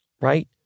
Right